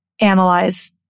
analyze